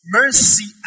mercy